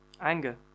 Anger